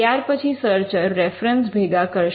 ત્યાર પછી searcher reference ભેગા કરશે